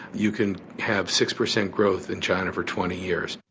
you can have six percent growth in china for twenty years.